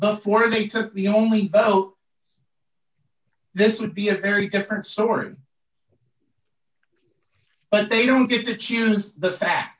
before they took the only vote this would be a very different story but they don't get to choose the fa